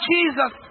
Jesus